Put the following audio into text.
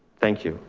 thank you.